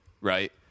Right